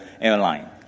airline